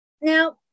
Now